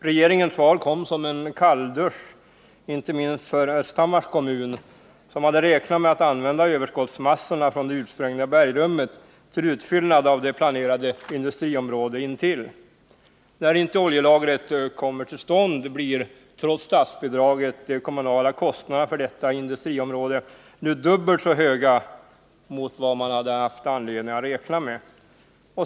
Regeringens svar kom som en kalldusch, inte minst för Östhammars kommun, som hade räknat med att använda överskottsmassorna från det utsprängda bergrummet till utfyllnad av det planerade industriområdet intill. När inte oljelagret kommer till stånd blir trots statsbidraget de kommunala kostnaderna för detta industriområde nu dubbelt så höga som man hade haft anledning att räkna med.